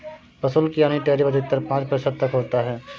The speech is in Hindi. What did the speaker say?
प्रशुल्क यानी टैरिफ अधिकतर पांच प्रतिशत तक होता है